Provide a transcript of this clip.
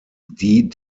die